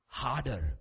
harder